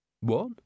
What